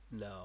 No